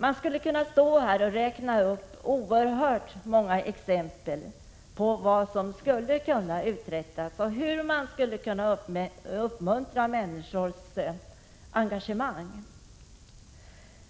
Jag skulle kunna stå här och räkna upp oerhört många exempel på vad som skulle kunna göras och hur man skulle kunna uppmuntra människors engagemang.